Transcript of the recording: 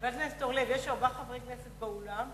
חבר הכנסת אורלב, יש ארבעה חברי כנסת באולם,